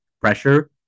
pressure